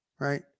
right